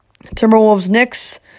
Timberwolves-Knicks